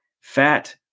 fat